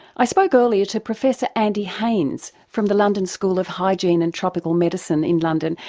i spoke earlier to professor andy haynes from the london school of hygiene and tropical medicine in london,